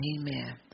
Amen